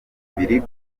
biri